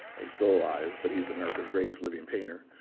he's still alive. but he's america's greatest living painter.